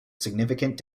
significant